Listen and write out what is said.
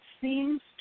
seems